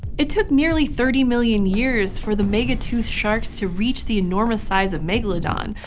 it took nearly thirty million years for the mega-toothed sharks to reach the enormous size of megalodon,